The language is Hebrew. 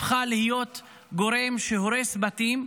הפכה להיות גורם שהורס בתים,